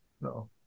no